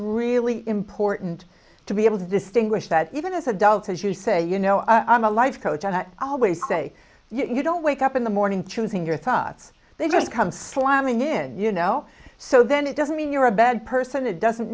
really important to be able to distinguish that even as adults as you say you know i'm a life coach and i always say you don't wake up in the morning to think your thoughts they just come slamming in you know so then it doesn't mean you're a bad person it doesn't